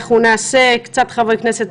נעשה קצת חברי כנסת,